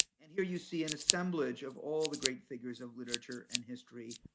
and here you see an assemblage of all the great figures of literature and history,